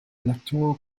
electoral